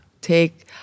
take